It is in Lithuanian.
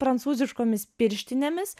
prancūziškomis pirštinėmis